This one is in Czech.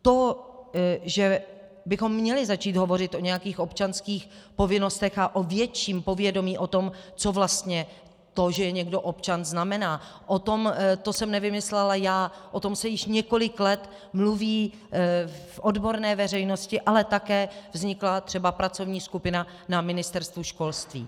To, že bychom měli začít hovořit o nějakých občanských povinnostech a o větším povědomí o tom, co vlastně to, že je někdo občan, znamená, to jsem nevymyslela já, o tom se již několik let mluví v odborné veřejnosti, ale také vznikla třeba pracovní skupina na Ministerstvu školství.